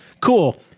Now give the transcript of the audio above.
cool